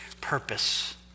purpose